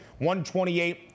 128